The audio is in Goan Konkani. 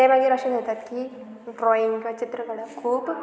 ते मागीर अशें न्हयतात की ड्रॉइंग वा चित्र काडप खूब